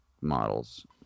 models